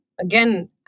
again